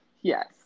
yes